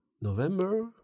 November